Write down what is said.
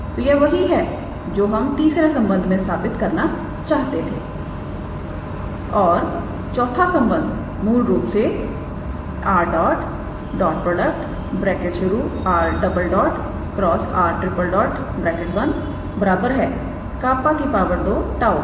तो यह वही है जो हम तीसरे संबंध में साबित करना चाहते थे और चौथा संबंध मूल रूप से 𝑟̇ 𝑟̈× 𝑟⃛ 𝜅 2 𝜁 है